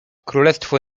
królestwo